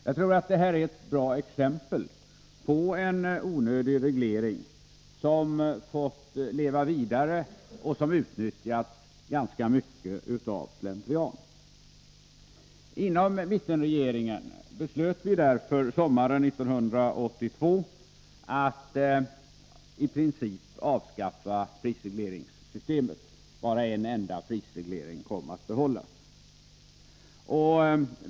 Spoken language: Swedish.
Jag tror att detta är ett bra exempel på en onödig reglering, som har fått leva vidare och som utnyttjats ganska mycket av slentrian. Mittenregeringen beslöt sommaren 1982 att i princip avskaffa prisregleringssystemet. Bara en enda prisreglering kom att behållas.